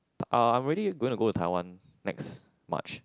uh I'm already going to go Taiwan next March